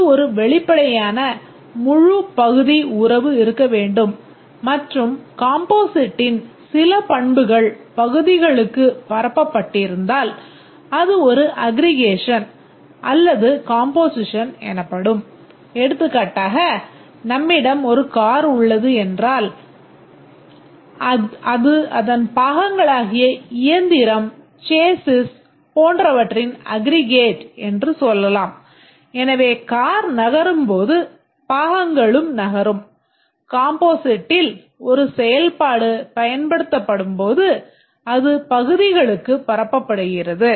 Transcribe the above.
இங்கே பாலிகனில் பல point அப்ஜெக்ட்கள் உள்ளன